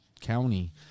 county